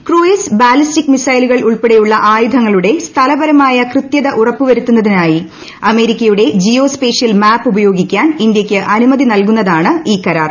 cruise ballistic മിസൈലുകൾ ഉൾപ്പെടെയുള്ള ആയുധങ്ങളുടെ സ്ഥലപരമായ കൃത്യത ഉറപ്പുവരുത്തുന്നതിനായി അമേരിക്കയുടെ ജിയോസ്പേഷ്യൽ മാപ്പ് ഉപയോഗിക്കാൻ ഇന്ത്യയ്ക്ക് അനുമതി നൽകുന്നതാണ് ഈ കരാർ